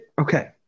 okay